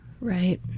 Right